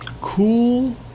Cool